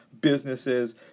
businesses